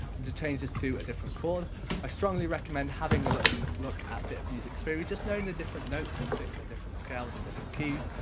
to change this to a different chord i strongly recommend having a look look at a bit of music theory, just knowing the different notes that fit in the different scales and different keys,